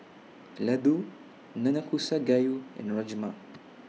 Ladoo Nanakusa Gayu and Rajma